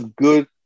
good